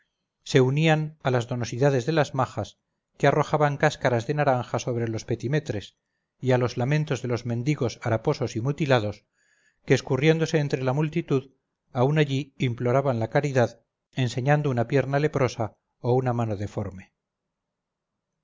se unían a las donosidades de las majas que arrojaban cáscaras de naranja sobre los petimetres y a los lamentos de los mendigos haraposos y mutilados que escurriéndose entre la multitud aun allí imploraban la caridad enseñando una pierna leprosa o una mano deforme